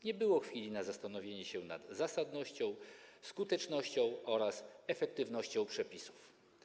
Nie było chwili na zastanowienie się nad zasadnością, skutecznością oraz efektywnością przepisów.